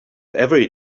every